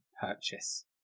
Purchase